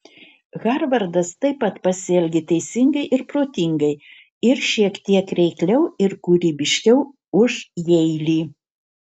harvardas taip pat pasielgė teisingai ir protingai ir šiek tiek reikliau ir kūrybiškiau už jeilį